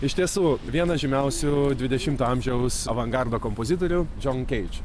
iš tiesų vienas žymiausių dvidešimto amžiaus avangardo kompozitorių džon keidž